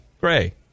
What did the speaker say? gray